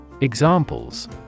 Examples